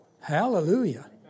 Hallelujah